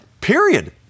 period